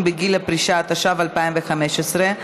התשע"ז 2017,